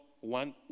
one